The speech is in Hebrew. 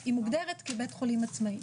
היא מוגדרת כבית חולים עצמאי.